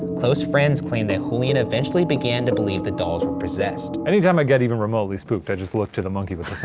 close friends claimed that julian eventually began to believe the dolls were possessed. anytime i get even remotely spooked, i just look to the monkey with the so